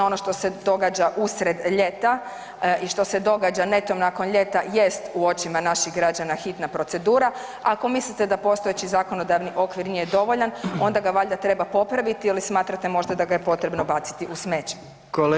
Ono što se događa usred ljeta i što se događa netom nakon ljeta jest u očima naših građana hitna procedura, a ako mislite da postojeći zakonodavni okvir nije dovoljan onda ga valjda treba popraviti ili smatrate možda da ga je potrebno baciti u smeće.